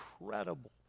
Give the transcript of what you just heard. incredible